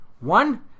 One